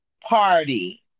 party